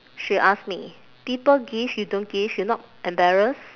she ask me people give you don't give you not embarrassed